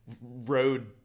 Road